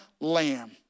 lamb